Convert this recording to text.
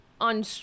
On